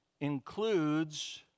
includes